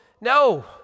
No